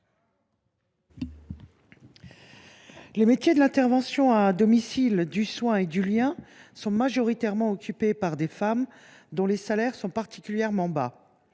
Les métiers de l’intervention à domicile, du soin et du lien sont majoritairement exercés par des femmes, dont les salaires sont particulièrement bas.